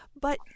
But-